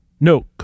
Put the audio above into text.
No